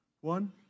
One